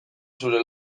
zure